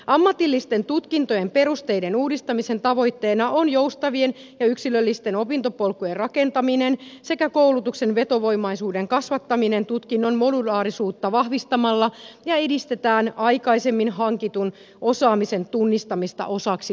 ammatillisten tutkintojen perusteiden uudistamisen tavoitteena on joustavien ja yksilöllisten opintopolkujen rakentaminen sekä koulutuksen vetovoimaisuuden kasvattaminen tutkinnon modulaarisuutta vahvistamalla aikaisemmin hankitun osaamisen tunnistamista osaksi tutkintoa edistetään